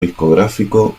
discográfico